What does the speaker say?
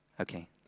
Okay